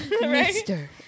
Mister